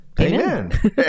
Amen